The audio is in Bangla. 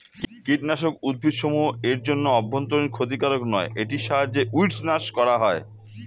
কীটনাশক উদ্ভিদসমূহ এর জন্য অভ্যন্তরীন ক্ষতিকারক নয় এটির সাহায্যে উইড্স নাস করা হয়